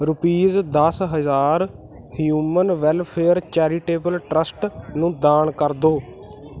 rupees ਦਸ ਹਜ਼ਾਰ human welfare charitable trust ਨੂੰ ਦਾਨ ਕਰ ਦੋ